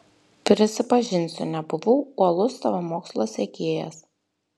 prisipažinsiu nebuvau uolus tavo mokslo sekėjas